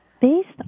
Based